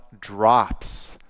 drops